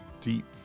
deep